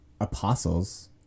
apostles